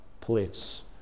place